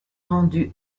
rendu